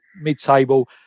mid-table